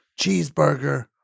cheeseburger